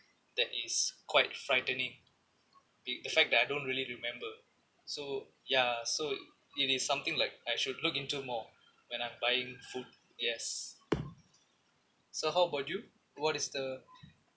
that is quite frightening it the fact that I don't really remember so ya so it is something like I should look into more when I'm buying food yes so how about you what is the